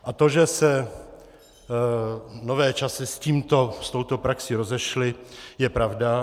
A to, že se nové časy s tímto, s touto praxí rozešly, je pravda.